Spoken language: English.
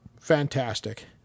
fantastic